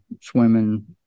swimming